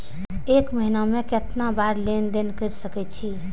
एक महीना में केतना बार लेन देन कर सके छी?